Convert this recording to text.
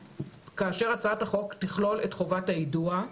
כאשר הצעת החוק תכלול את חובת היידוע,